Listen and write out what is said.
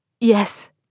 Yes